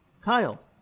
Kyle